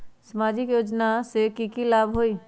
सामाजिक योजना से की की लाभ होई?